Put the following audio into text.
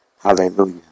Hallelujah